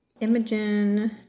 Imogen